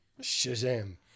Shazam